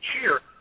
cheer